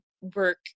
work